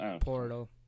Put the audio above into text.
portal